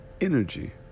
energy